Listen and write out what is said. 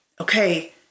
okay